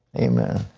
amen.